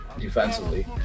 defensively